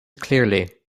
clearly